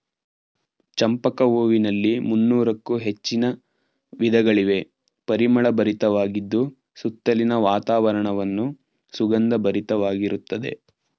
ಚಂಪಕ ಹೂವಿನಲ್ಲಿ ಮುನ್ನೋರಕ್ಕು ಹೆಚ್ಚಿನ ವಿಧಗಳಿವೆ, ಪರಿಮಳ ಭರಿತವಾಗಿದ್ದು ಸುತ್ತಲಿನ ವಾತಾವರಣವನ್ನು ಸುಗಂಧ ಭರಿತವಾಗಿರುತ್ತದೆ